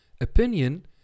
Opinion